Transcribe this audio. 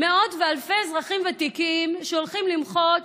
מאות ואלפי אזרחים ותיקים, הם הולכים למחות